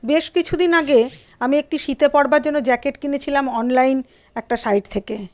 বেশ কিছু দিন আগে আমি একটি শীতে পরবার জন্য জ্যাকেট কিনেছিলাম অনলাইন একটা সাইট থেকে